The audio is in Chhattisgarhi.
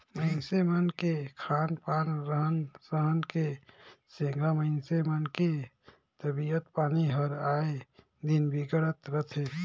मइनसे मन के खान पान, रहन सहन के सेंधा मइनसे मन के तबियत पानी हर आय दिन बिगड़त रथे